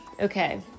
okay